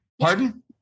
Pardon